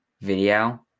video